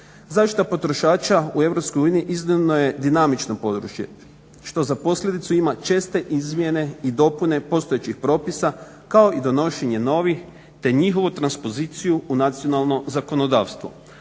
Zaštita potrošača u EU iznimno je dinamično područje što za posljedicu ima česte izmjene i dopune postojećih propisa kao i donošenje novih te njihovu transpoziciju u nacionalno zakonodavstvo.